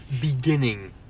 beginning